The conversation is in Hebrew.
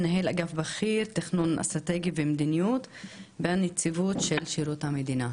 מנהל אגף בכיר תכנון אסטרטגי ומדיניות בנציבות שירות המדינה,